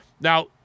Now